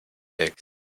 eggs